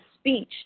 speech